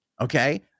Okay